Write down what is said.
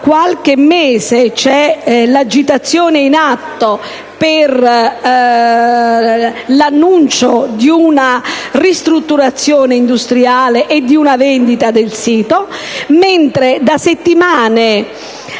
qualche mese è in corso un'agitazione per l'annuncio di una ristrutturazione industriale e di una vendita del sito; inoltre, da settimane